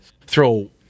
throw